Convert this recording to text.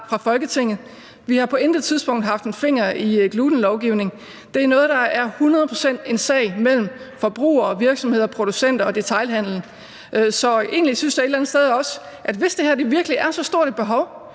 fra Folketinget. Vi har på intet tidspunkt haft en finger i glutenlovgivning; det er noget, der er hundrede procent en sag mellem forbrugere og virksomheder og producenter og detailhandel. Så egentlig synes jeg et eller andet sted også, at hvis det her virkelig er udtryk for så stort et behov,